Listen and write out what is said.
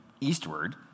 eastward